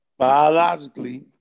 Biologically